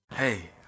Hey